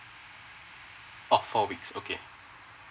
oh four week